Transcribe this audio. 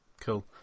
Cool